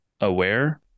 aware